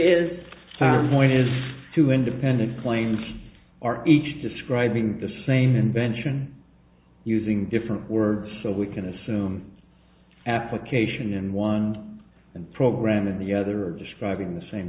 is point is two independent claims are each describing the same invention using different words so we can assume application in one program and the other are describing the same